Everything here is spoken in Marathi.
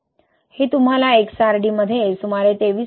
हे तुम्हाला XRD मध्ये सुमारे 23